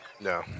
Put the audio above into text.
no